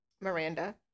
Miranda